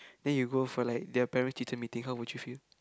then you go for like their parent teacher meeting how would you feel